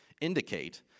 indicate